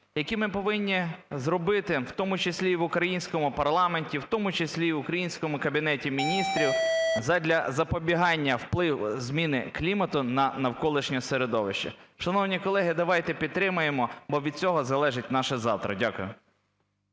які ми повинні зробити в тому числі і в українському парламенті, в тому числі і в українському Кабінеті Міністрів задля запобігання зміни клімату на навколишнє середовище. Шановні колеги, давайте підтримаємо, бо від цього залежить наше завтра. Дякую.